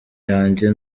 yanjye